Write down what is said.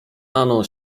ano